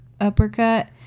uppercut